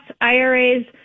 IRAs